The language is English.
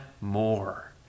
more